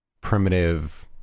primitive